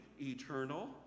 eternal